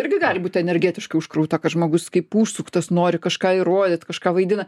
irgi gali būti energetiškai užkrauta kad žmogus kaip užsuktas nori kažką įrodyt kažką vaidina